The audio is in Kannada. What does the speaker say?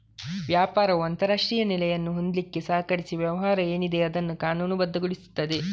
ವ್ಯಾಪಾರವು ಅಂತಾರಾಷ್ಟ್ರೀಯ ನೆಲೆಯನ್ನು ಹೊಂದ್ಲಿಕ್ಕೆ ಸಹಕರಿಸಿ ವ್ಯವಹಾರ ಏನಿದೆ ಅದನ್ನ ಕಾನೂನುಬದ್ಧಗೊಳಿಸ್ತದೆ